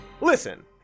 Listen